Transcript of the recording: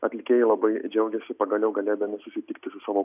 atlikėjai labai džiaugiasi pagaliau galėdami susitikti su savo